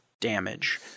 damage